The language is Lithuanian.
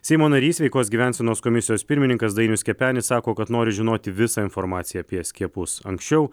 seimo narys sveikos gyvensenos komisijos pirmininkas dainius kepenis sako kad nori žinoti visą informaciją apie skiepus anksčiau